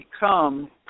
become